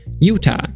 Utah